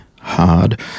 hard